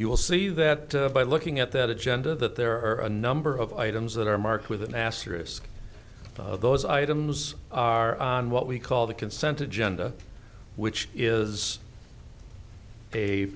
you will see that by looking at that agenda that there are a number of items that are marked with an asterisk those items are on what we call the consent to genda which is a